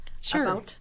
Sure